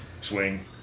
swing